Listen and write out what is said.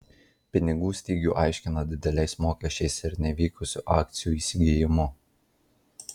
pinigų stygių aiškina dideliais mokesčiais ir nevykusiu akcijų įsigijimu